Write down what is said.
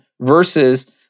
versus